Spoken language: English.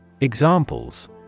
Examples